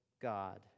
god